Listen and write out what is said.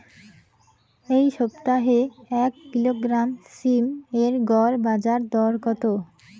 এই সপ্তাহে এক কিলোগ্রাম সীম এর গড় বাজার দর কত?